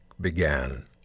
began